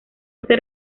este